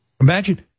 Imagine